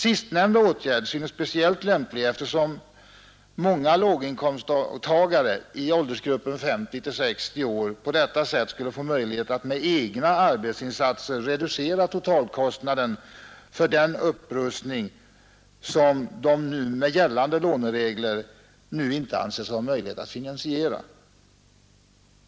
Sistnämnda åtgärd synes speciellt lämplig, eftersom många låginkomsttagare i åldersgruppen 50—60 år då skulle få möjlighet att med egna arbetsinsatser reducera totalkostnaderna för den upprustning som de med nu gällande låneregler inte anser sig kunna finansiera.